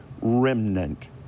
remnant